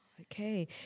Okay